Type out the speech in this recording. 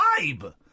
vibe